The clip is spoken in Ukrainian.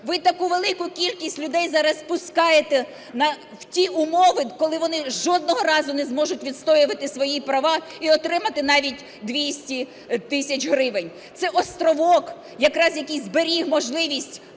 ви таку велику кількість людей зараз пускаєте в ті умови, коли вони жодного разу не зможуть відстоювати свої права і отримати навіть 200 тисяч гривень. Це "островок" якраз, який зберіг можливість вклади